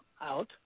out